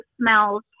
smells